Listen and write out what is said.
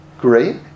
great